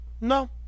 No